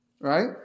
Right